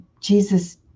Jesus